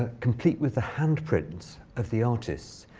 ah complete with the handprints of the artists.